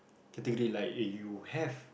category like eh you have